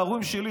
ההורים שלי,